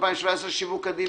ו-2017 שיווק כדין